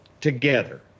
together